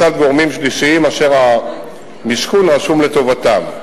מצד גורמים שלישיים אשר המשכון רשום לטובתם.